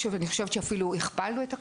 אפילו הכפלנו את המספר.